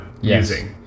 using